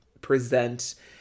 present